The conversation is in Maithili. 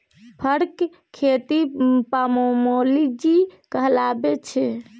फरक खेती पामोलोजी कहाबै छै